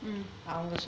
mm